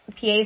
PA